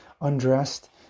undressed